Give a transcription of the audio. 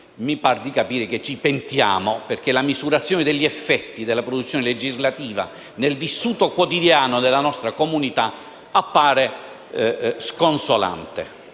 mi par di capire che ci pentiamo. La misurazione degli effetti della produzione legislativa nel vissuto quotidiano della nostra comunità, infatti, appare sconsolante.